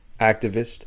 activist